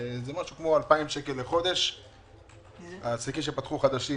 זה משהו כמו 2,000 שקל לחודש לעסקים חדשים